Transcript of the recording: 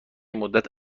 مدت